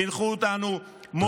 חינכו אותנו מורים.